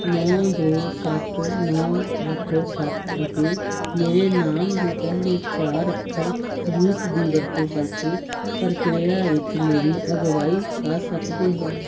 ਨੌਂ ਦੋ ਸੱਤ ਨੌਂ ਅੱਠ ਸੱਤ ਅਤੇ ਮੇਰੇ ਨਾਮ ਦੇ ਪਹਿਲੇ ਚਾਰ ਅੱਖਰ ਗੀਤ ਦੀ ਵਰਤੋਂ ਕਰਕੇ ਪ੍ਰਕਿਰਿਆ ਵਿੱਚ ਮੇਰੀ ਅਗਵਾਈ ਕਰ ਸਕਦੇ ਹੋ